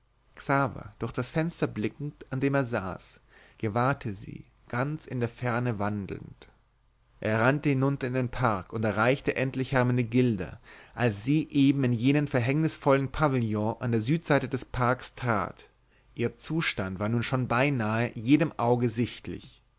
durch das fenster blickend an dem er saß gewahrte sie ganz in der ferne wandelnd er rannte hinunter in den park und erreichte endlich hermenegilda als sie eben in jenen verhängnisvollen pavillon an der südseite des parks trat ihr zustand war nun schon beinahe jedem auge sichtlich